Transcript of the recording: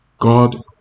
God